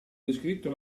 descritto